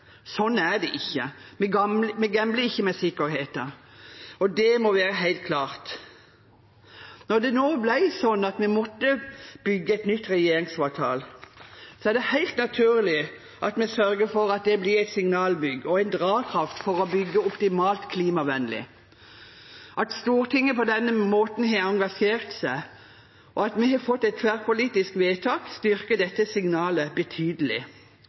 er det ikke. Vi gambler ikke med sikkerheten, det må være helt klart. Når det nå ble slik at vi måtte bygge et nytt regjeringskvartal, er det helt naturlig at vi sørger for at det blir et signalbygg og en drivkraft for å bygge optimalt klimavennlig. At Stortinget på denne måten har engasjert seg, og at vi får et tverrpolitisk vedtak, styrker dette signalet betydelig.